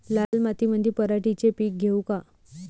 लाल मातीमंदी पराटीचे पीक घेऊ का?